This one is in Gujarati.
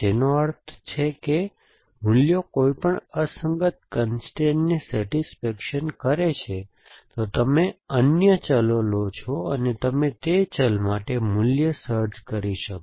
જેનો અર્થ છે કે મૂલ્યો કોઈપણ અસંગત કન્સ્ટ્રેઇનને સેટિસ્ફેક્શન કરે છે તો તમે અન્ય ચલ લો છો અને તમે તે ચલ માટે મૂલ્ય સર્ચ કરી શકશો